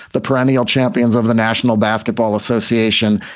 the perennial champions of the national basketball association,